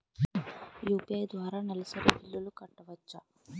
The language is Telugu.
యు.పి.ఐ ద్వారా నెలసరి బిల్లులు కట్టవచ్చా?